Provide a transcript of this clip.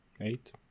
eight